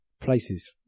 places